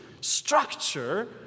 structure